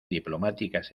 diplomáticas